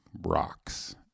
rocks